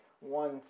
one